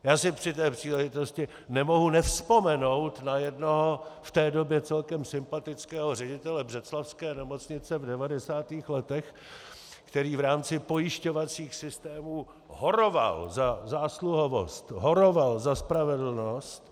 Já si při té příležitosti nemohu nevzpomenout na jednoho v té době celkem sympatického ředitele břeclavské nemocnice v 90. letech, který v rámci pojišťovacích systémů horoval za zásluhovost, horoval za spravedlnost.